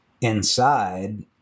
inside